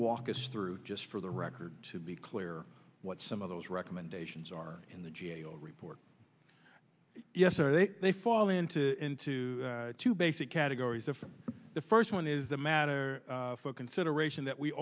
walk us through just for the record to be clear what some of those recommendations are in the g a o report yes are they they fall into into two basic categories of the first one is a matter for consideration that we